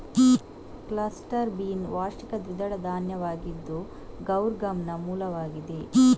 cluster bean ವಾರ್ಷಿಕ ದ್ವಿದಳ ಧಾನ್ಯವಾಗಿದ್ದು ಗೌರ್ ಗಮ್ನ ಮೂಲವಾಗಿದೆ